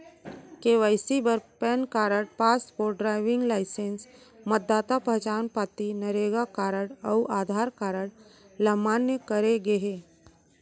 KYC बर PAN card, passport, driving licence, मतदाता पहचान पाती, नरेगा कारड अउ आधार कारड ल मान्य करे गे हे